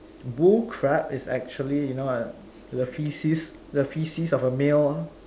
bull crap is actually you know ah the faeces the faeces of a male